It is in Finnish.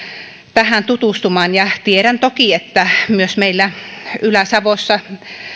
tähän tutustumaan tiedän toki että myös meillä ylä savossa